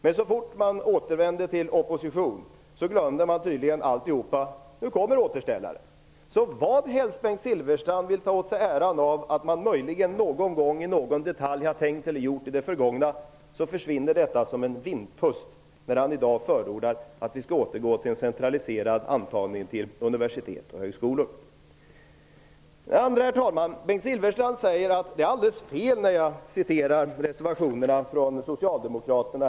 Men så fort man återvände till oppositionen glömde man tydligen allting. Nu kommer återställaren. Bengt Silfverstrand vill ta åt sig äran av något som man möjligen någon gång har gjort i det förgångna. Det försvinner som en vindpust när han i dag förordar att vi skall återgå till en centraliserad antagning till universitet och högskolor. För det andra, herr talman, sade Bengt Silfverstrand att det jag citerade ur socialdemokraternas reservationer var alldeles fel.